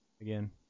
Again